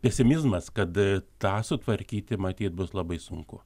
pesimizmas kad tą sutvarkyti matyt bus labai sunku